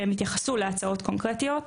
שהם התייחסו להצעות קונקרטיות,